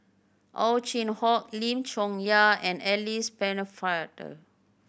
Ow Chin Hock Lim Chong Yah and Alice Pennefather